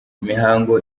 imihango